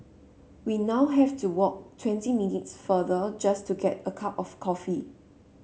we now have to walk twenty minutes farther just to get a cup of coffee